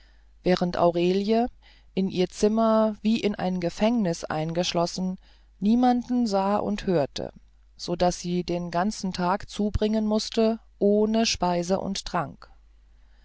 während aurelie in ihr zimmer wie in ein gefängnis eingeschlossen niemanden sah und hörte so daß sie den ganzen tag zubringen mußte ohne speise und trank